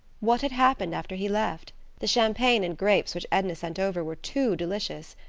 what had happened after he left the champagne and grapes which edna sent over were too delicious.